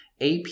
AP